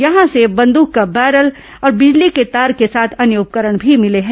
यहां से बंदक का बैरल और बिजली के तार के साथ अन्य उपकरण भी मिले हैं